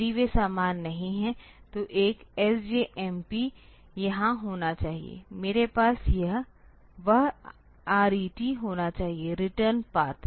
यदि वे समान नहीं हैं तो एक SJMP यहां होना चाहिए मेरे पास वह RET होना चाहिए रिटर्न पथ